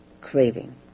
craving